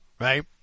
Right